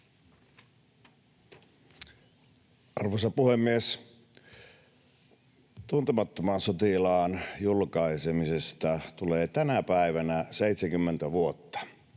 Arvoisa puhemies! Tuntemattoman sotilaan julkaisemisesta tulee tänä päivänä 70 vuotta,